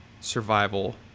survival